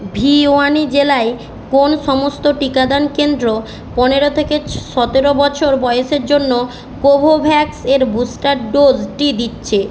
ভিওয়ানি জেলায় কোন সমস্ত টিকাদান কেন্দ্র পনেরো থেকে সতেরো বছর বয়েসের জন্য কোভোভ্যাক্স এর বুস্টার ডোজটি দিচ্ছে